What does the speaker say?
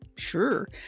sure